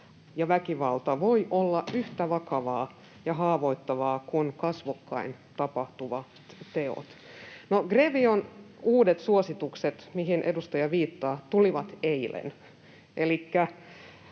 ja väkivalta voivat olla yhtä vakavia ja haavoittavia kuin kasvokkain tapahtuvat teot. No GREVIOn uudet suositukset, mihin edustaja viittaa, tulivat eilen,